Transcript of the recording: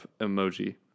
emoji